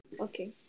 Okay